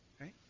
right